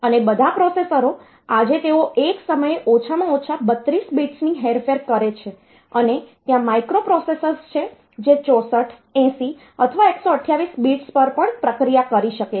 અને બધા પ્રોસેસરો આજે તેઓ એક સમયે ઓછામાં ઓછા 32 બિટ્સની હેરફેર કરે છે અને ત્યાં માઇક્રોપ્રોસેસર્સ છે જે 64 80 અથવા 128 બિટ્સ પર પણ પ્રક્રિયા કરી શકે છે